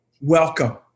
welcome